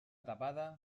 tapada